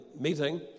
meeting